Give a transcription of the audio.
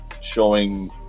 showing